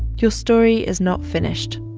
your story is not finished.